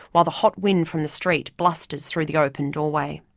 while the hot wind from the street blusters through the open doorway.